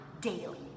daily